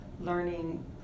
learning